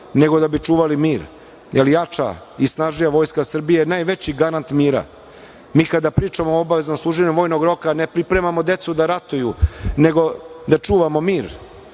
nego da bi čuvali mir jer jača i snažnija Vojska Srbije je najveći garant mira. Mi kada pričamo o obaveznom služenju vojnog roka ne pripremamo decu da ratuju, nego da čuvamo mir.